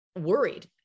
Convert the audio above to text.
worried